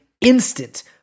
instant